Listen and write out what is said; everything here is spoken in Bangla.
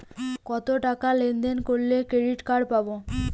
কতটাকা লেনদেন করলে ক্রেডিট কার্ড পাব?